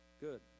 Good